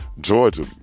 Georgia